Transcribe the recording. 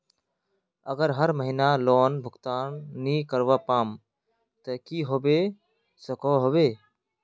अगर हर महीना लोन भुगतान नी करवा पाम ते की होबे सकोहो होबे?